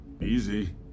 Easy